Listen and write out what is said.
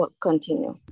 continue